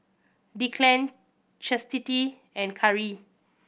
Declan Chastity and Khari